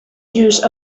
use